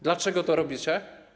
Dlaczego to robicie?